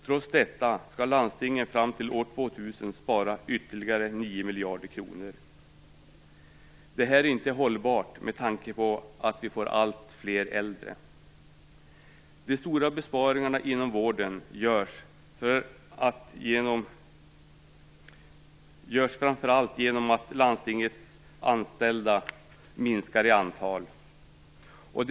Trots detta skall landstingen fram till år 2000 spara ytterligare 9 miljarder kronor. Detta är inte hållbart med tanke på att de äldre blir allt fler. De stora besparingarna inom vården görs framför allt genom en minskning av antalet landstingsanställda.